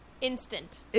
Instant